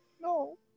No